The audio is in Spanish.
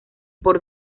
por